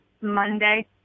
Monday